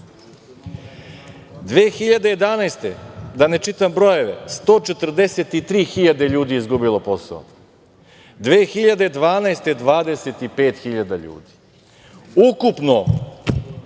2011, da ne čitam brojeve, 143.000 ljudi je izgubilo posao, 2012. godine – 25.000 ljudi. Ukupno